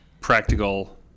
practical